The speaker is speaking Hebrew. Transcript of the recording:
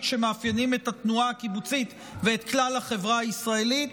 שמאפיינים את התנועה הקיבוצית ואת כלל החברה הישראלית,